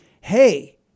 Hey